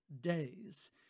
days